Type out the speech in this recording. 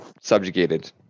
subjugated